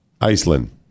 Iceland